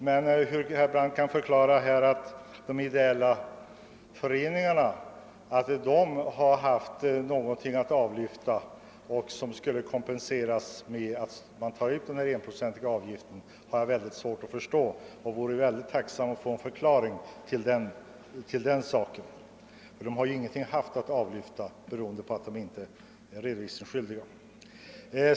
Men jag har svårt att förstå att de ideella föreningarna skall tvingas att betala arbetsgivaravgiften, eftersom de inte kan lyfta av någon moms då de inte är redovisningsskyldiga.